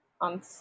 on